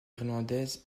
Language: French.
irlandaise